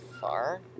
far